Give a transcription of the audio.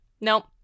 Nope